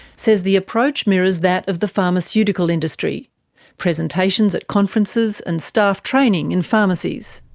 says the approach mirrors that of the pharmaceutical industry presentations at conferences, and staff training in pharmacies.